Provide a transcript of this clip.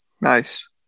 Nice